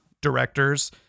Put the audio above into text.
directors